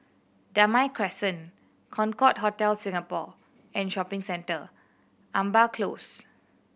Damai Crescent Concorde Hotel Singapore and Shopping Centre Amber Close